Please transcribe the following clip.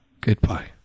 Goodbye